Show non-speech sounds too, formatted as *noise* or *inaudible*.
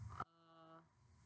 *noise*